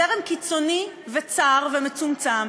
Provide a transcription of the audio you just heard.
זרם קיצוני וצר ומצומצם,